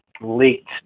leaked